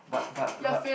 but but but